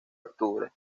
octubre